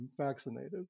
vaccinated